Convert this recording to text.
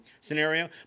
scenario